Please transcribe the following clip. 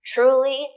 Truly